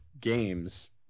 games